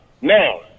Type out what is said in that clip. Now